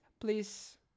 please